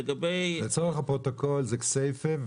לצורך הפרוטוקול: זה כסייפה.